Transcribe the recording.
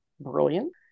brilliant